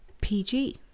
PG